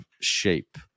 shape